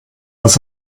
was